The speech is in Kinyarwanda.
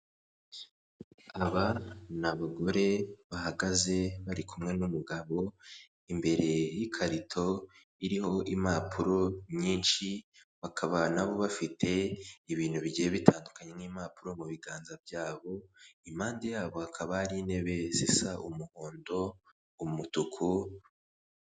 Aba ni abagore bahagaze bari kumwe n'umugabo, imbere y'ikarito iriho impapuro nyinshi bakaba nabo bafite ibintu bigiye bitandukanye nk'impapuro mu biganza byabo, impande yabo hakaba hari intebe zisa umuhondo, umutuku.